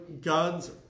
guns